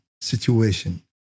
situation